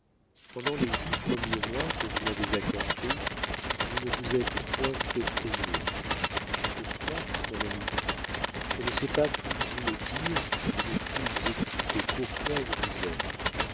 pendant les huit premiers mois que vous m'avez accordés vous ne vous êtes point fait aimer pourquoi mon ami je ne sais pas plus vous le dire que je ne puis vous expliquer pourquoi je vous aime